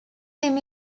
rim